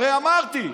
הרי אמרתי,